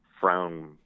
frown